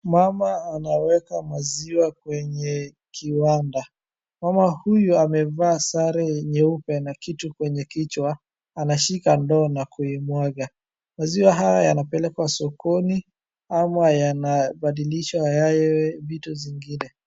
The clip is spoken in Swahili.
Mama anaweka maziwa kwenye kiwanda, Mama huyu amevaa sare nyeupe na kitu kwenye kichwa anashika ndoo na kuimwaga, Maziwa haya yanapelekwa sokoni ama yanabadilishwa yawe vitu zingine.